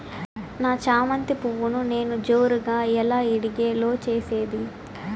నా చామంతి పువ్వును నేను జోరుగా ఎలా ఇడిగే లో చేసేది?